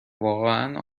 واقعا